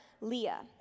Leah